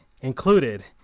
included